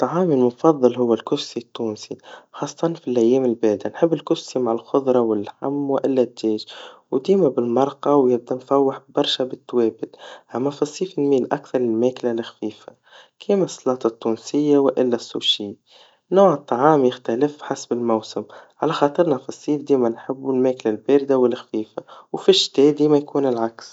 طعامي المفضل هو, الكسكسي التونسي, خاصةَ في الأيام الباردة, نحب الكسكسي مع الخضرا واللحم وإلا دجاج, وديما بالمرقا وهيا بتنفوح برشا بالتوابل, أما في الصيف نميل أكثر للماكلا الخفيفا, كيما السلاطا التونسيا, وإلا السوشي, نوع الطعام يختلف حسب الموسم, على خاطرنا في الصيف ديما نحبوا الماكلا الباردا والخفيفا, وفي ديما يكون العكس.